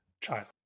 child